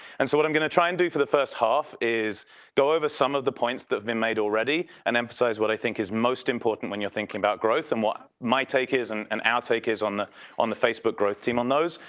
and so what i'm going to try and do for the first half is go over some of the points that have been made already and emphasize what i think is most important when you're thinking about growth and what my take is and and our take is on on the facebook growth team on those.